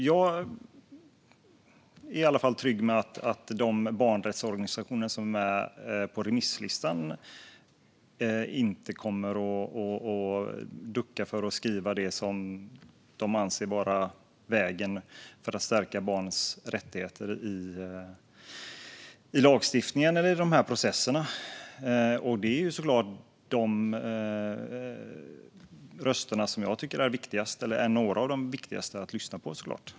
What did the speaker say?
Jag är i alla fall trygg med att de barnrättsorganisationer som finns på remisslistan inte kommer att ducka för att skriva det som de anser vara vägen till att stärka barns rättigheter i lagstiftningen eller i processerna. Det är några av de röster som jag tycker är viktigast att lyssna på.